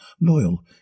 loyal